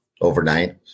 overnight